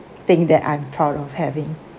thing that I'm proud of having